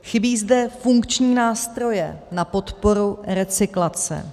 Chybí zde funkční nástroje na podporu recyklace.